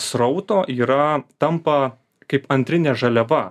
srauto yra tampa kaip antrinė žaliava